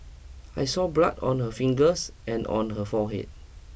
I saw blood on her fingers and on her forehead